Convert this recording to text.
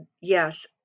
yes